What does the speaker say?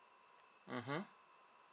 mmhmm